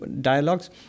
dialogues